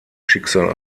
schicksal